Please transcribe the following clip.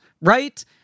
right